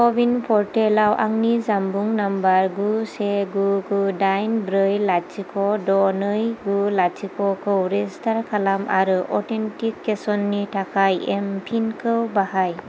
क'विन पर्टेलाव आंनि जानबुं नाम्बार गु से गु गु डाइन ब्रै लाथिख' द' नै गु लाथिख' खौ रेजिस्टार खालाम आरो अथेन्टिकेसननि थाखाय एमपिनखौ बाहाय